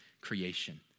creation